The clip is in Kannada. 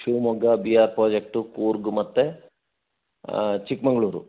Shivamogga B R project Coorg ಮತ್ತು ಚಿಕ್ಕಮಗಳೂರು